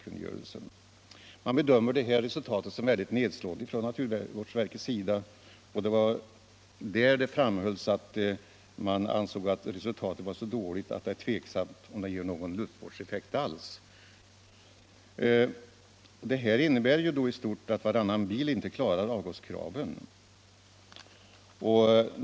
Från naturvårdsverkets sida bedömer man resultaten som väldigt nedslående och anser att bestämmelserna efterlevs så dåligt att det är tvivelaktigt om de ger någon luftvårdseffekt alls. Det här innebär ju i stort att varannan bil inte klarar avgaskraven.